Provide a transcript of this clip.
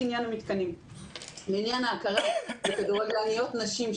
לעניין ההכרה בכדורגלניות נשים,